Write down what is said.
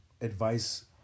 Advice